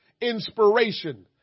inspiration